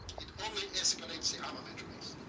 it only escalates the armaments race.